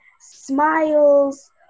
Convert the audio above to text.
smiles